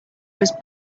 was